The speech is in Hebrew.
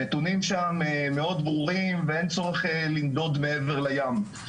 הנתונים שם מאוד ברורים ואין צורך לנדוד מעבר לים.